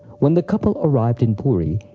when the couple arrived in puri,